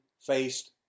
faced